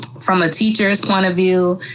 from a teacher's point of view,